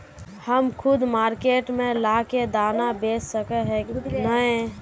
हम खुद मार्केट में ला के दाना बेच सके है नय?